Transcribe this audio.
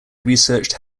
researched